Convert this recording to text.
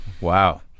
Wow